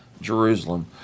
Jerusalem